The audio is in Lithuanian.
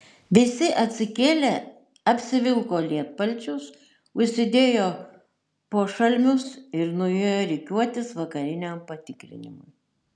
visi atsikėlė apsivilko lietpalčius užsidėjo pošalmius ir nuėjo rikiuotis vakariniam patikrinimui